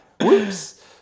Whoops